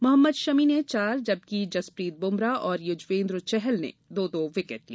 मोहम्मद शमी ने चार जबकि जस्प्रीत बुमरा और यजुवेन्द्र चहल ने दो दो विकेट लिए